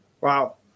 Wow